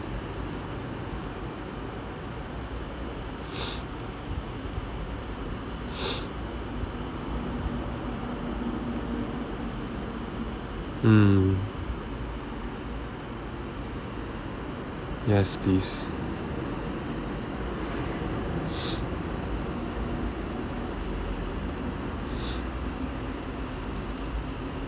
mm yes please